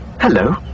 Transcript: hello